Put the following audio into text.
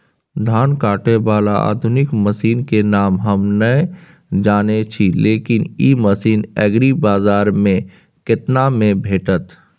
धान काटय बाला आधुनिक मसीन के नाम हम नय जानय छी, लेकिन इ मसीन एग्रीबाजार में केतना में भेटत?